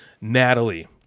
Natalie